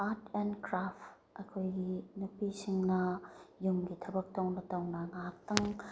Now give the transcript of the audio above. ꯑꯥꯠ and craft ꯑꯩꯈꯣꯏꯒꯤ ꯅꯨꯄꯤꯁꯤꯡꯅ ꯌꯨꯝꯒꯤ ꯊꯕꯛ ꯇꯧꯅ ꯇꯧꯅ ꯉꯥꯏꯍꯥꯛꯇꯪ